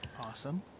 Awesome